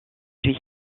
lui